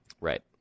Right